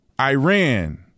Iran